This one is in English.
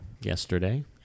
yesterday